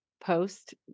post